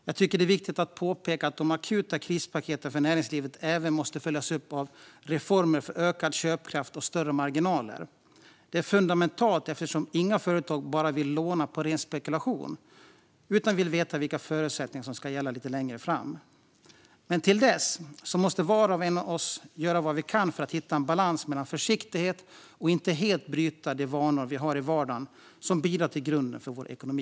Jag tycker att det är viktigt att påpeka att de akuta krispaketen för näringslivet även måste följas upp av reformer för ökad köpkraft och större marginaler. Det är fundamentalt eftersom inga företag vill låna bara på ren spekulation utan vill veta vilka förutsättningar som ska gälla lite längre fram. Men till dess måste var och en av oss göra vad vi kan för att hitta en balans mellan försiktighet och att inte helt bryta de vanor vi har i vardagen och som bidrar till grunden för vår ekonomi.